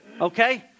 Okay